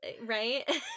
right